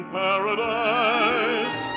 paradise